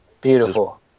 Beautiful